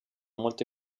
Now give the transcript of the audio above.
molte